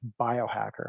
biohacker